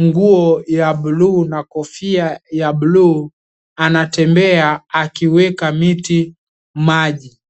nguo ya buluu na kofia ya buluu anatembea akiweka miti maji.